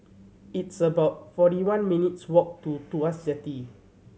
it's about forty one minutes' walk to Tuas Jetty